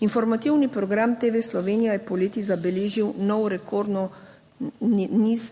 Informativni program TV Slovenija je poleti zabeležil nov rekordno